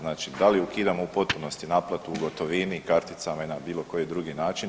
Znači da li ukidamo u potpunosti naplatu u gotovini, karticama i na bilo koji drugi način?